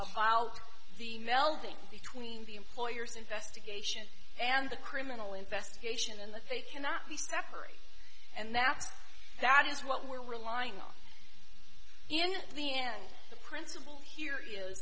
melding between the employers investigation and the criminal investigation and that they cannot be separate and that's that is what we're relying on in the end the principle here